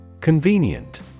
Convenient